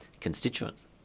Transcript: constituents